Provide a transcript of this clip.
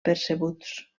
percebuts